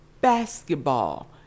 basketball